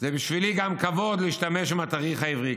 בשבילי זה גם כבוד להשתמש בתאריך העברי,